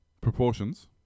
proportions